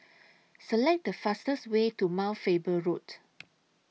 Select The fastest Way to Mount Faber Road